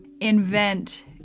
invent